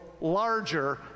larger